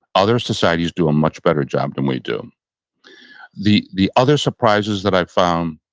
other societies do a much better job than we do the the other surprises that i've found